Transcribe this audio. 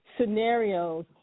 scenarios